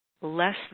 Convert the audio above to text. less